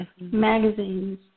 magazines